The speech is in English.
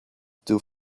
too